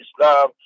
Islam